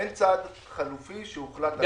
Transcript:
אין צעד חלופי שהוחלט עליו.